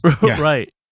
Right